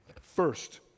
First